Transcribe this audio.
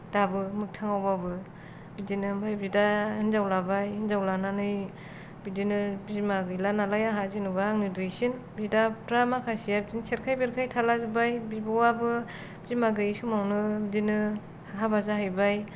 दाबो मोगथांआवबाबो बिदिनो ओमफ्राय बिदा हिनजाव लाबाय हिनजाव लानानै बिदिनो बिमा गैला नालाय आंहा जेनबा आंनो दुइसिन बिदाफ्रा माखासेया बिदिनो सेरखाय बेरखाय थालाजोब्बाय बिब'आबो बिमा गैयि समावनो बिदिनो हाबा जाहैबाय